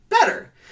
better